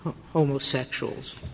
homosexuals